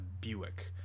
Buick